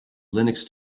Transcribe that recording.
linux